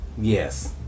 Yes